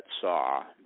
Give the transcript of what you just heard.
saw